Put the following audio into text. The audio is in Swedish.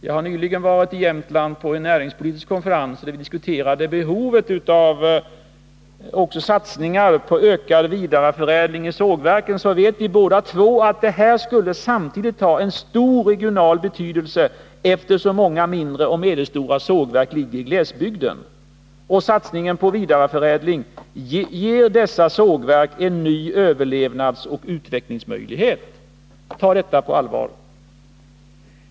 Jag har nyligen varit i Jämtland på en näringspolitisk konferens, där vi diskuterade behovet av satsningar på ökad vidareförädling i sågverken. Vi vet båda två att en sådan satsning samtidigt skulle ha stor regionalpolitisk betydelse, eftersom många mindre och medelstora sågverk ligger i glesbygden. Satsningen på vidareförädling ger dessa sågverk en ny överlevnadsoch utvecklingsmöjlighet. Ta detta på allvar!